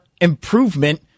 improvement